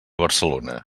barcelona